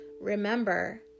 remember